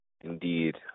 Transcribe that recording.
indeed